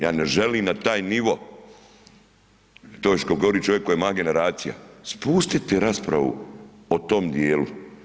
Ja ne želim na taj nivo i to još kad govori čovjek koji je moja generacija, spustiti raspravu o tom dijelu.